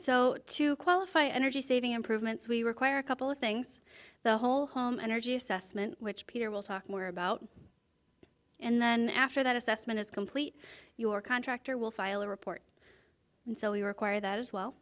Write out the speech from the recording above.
so to qualify energy saving improvements we require a couple of things the whole home energy assessment which peter will talk more about and then after that assessment is complete your contractor will file a report and so you require that as well